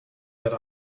that